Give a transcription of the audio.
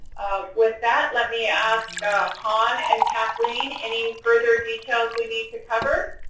with that, let me ask ah hahn and cathleen, any further details we need to cover?